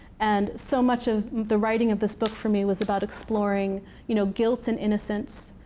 and so much of the writing of this book, for me, was about exploring you know guilt, and innocence,